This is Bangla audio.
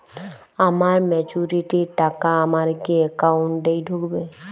আমার ম্যাচুরিটির টাকা আমার কি অ্যাকাউন্ট এই ঢুকবে?